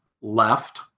left